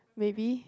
maybe